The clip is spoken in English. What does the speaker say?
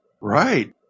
right